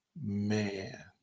man